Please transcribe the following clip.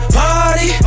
party